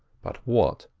but what,